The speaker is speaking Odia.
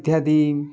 ଇତ୍ୟାଦି